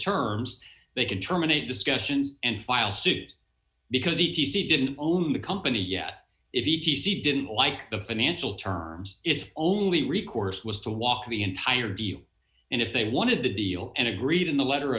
terms they can terminate discussions and file suit because e t c didn't own the company yet if he didn't like the financial terms its only recourse was to walk the entire deal and if they wanted the and agreed in the letter